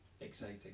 Exciting